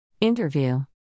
Interview